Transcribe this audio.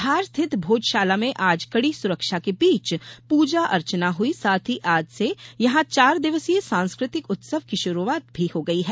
धार स्थित भोजशाला में आज कड़ी सुरक्षा के बीच पूजा अर्चना हुई साथ ही आज से यहां चार दिवसीय सांस्कृतिक उत्सव की शुरुआत भी हो गई है